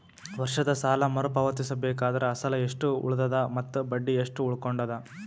ವರ್ಷದ ಸಾಲಾ ಮರು ಪಾವತಿಸಬೇಕಾದರ ಅಸಲ ಎಷ್ಟ ಉಳದದ ಮತ್ತ ಬಡ್ಡಿ ಎಷ್ಟ ಉಳಕೊಂಡದ?